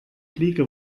fliege